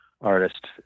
artist